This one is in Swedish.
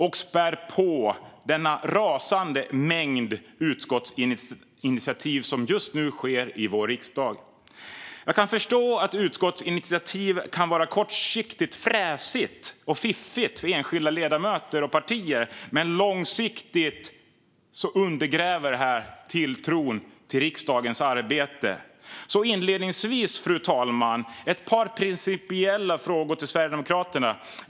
Det spär också på den rasande mängd utskottsinitiativ vi just nu ser i vår riksdag. Jag kan förstå att utskottsinitiativ kan vara kortsiktigt fräsiga och fiffiga för enskilda ledamöter och partier, men långsiktigt undergräver det här tilltron till riksdagens arbete. Inledningsvis, fru talman, har jag därför ett par principiella frågor till Sverigedemokraterna.